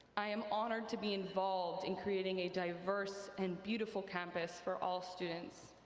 i am honored to be involved in creating a diverse and beautiful campus for all students.